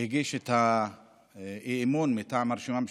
שהגיש את האי-אמון מטעם הרשימה המשותפת,